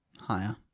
Higher